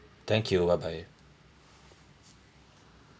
thank you bye bye